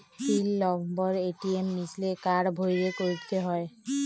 পিল লম্বর এ.টি.এম মিশিলে কাড় ভ্যইরে ক্যইরতে হ্যয়